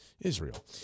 Israel